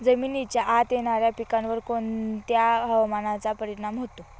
जमिनीच्या आत येणाऱ्या पिकांवर कोणत्या हवामानाचा परिणाम होतो?